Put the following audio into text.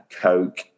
Coke